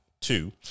two